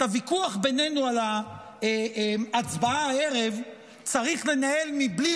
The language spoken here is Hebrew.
את הוויכוח בינינו על ההצבעה הערב צריך לנהל בלי